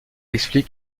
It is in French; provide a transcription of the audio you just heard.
explique